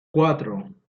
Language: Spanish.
cuatro